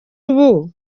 ubu